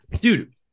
Dude